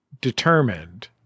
determined